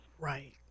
Right